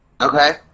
Okay